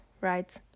right